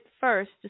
first